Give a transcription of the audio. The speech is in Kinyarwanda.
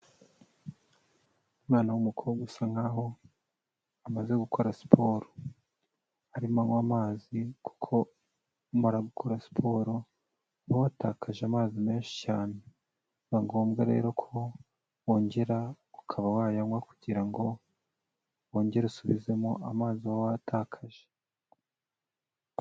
Umwana w'umukobwa usa nk'aho amaze gukora siporo, arimo anywa amazi kuko iyo urimo urakora siporo uba watakaje amazi menshi cyane, biba ngombwa rero ko wongera ukaba wayanywa kugira ngo wongere usubizemo amazi uba watakaje.